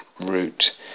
route